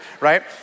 right